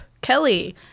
kelly